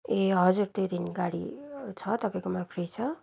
ए हजुर त्यो दिन गाडी छ तपाईँकोमा फ्री छ